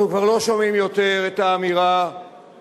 אנחנו כבר לא שומעים את האמירה המופרכת,